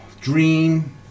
dream